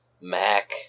Mac